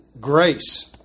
grace